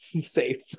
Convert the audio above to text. safe